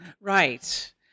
Right